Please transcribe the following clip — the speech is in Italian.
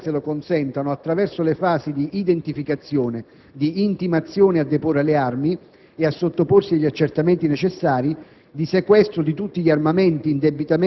passerà quindi - qualora le circostanze lo consentano - attraverso le fasi di identificazione, di intimazione a deporre le armi e a sottoporsi agli accertamenti necessari,